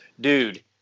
Dude